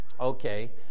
Okay